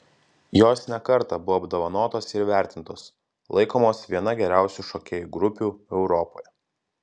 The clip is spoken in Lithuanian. jos ne kartą buvo apdovanotos ir įvertintos laikomos viena geriausių šokėjų grupių europoje